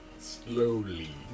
Slowly